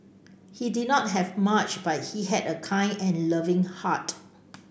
he did not have much but he had a kind and loving heart